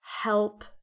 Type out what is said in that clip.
help